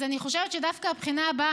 אז אני חושבת שדווקא הבחינה הבאה,